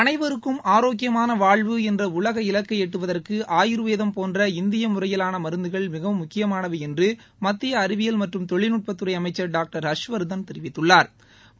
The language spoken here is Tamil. அனைவருக்கும் ஆரோக்கியமான வாழ்வு என்ற உலக இலக்கை எட்டுவதற்கு ஆயூர்வேதம் போன்ற இந்திய முறையிலான மருந்துகள் மிக முக்கியமானவை என்று மத்திய அறிவியல் மற்றம் தொழில்நுட்பத்துறை அமைச்சா் டாக்டா் ஹா்ஷி வா்தன் தெரிவித்துள்ளாா்